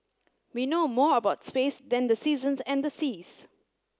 we know more about space than the seasons and the seas